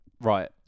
Right